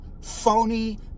phony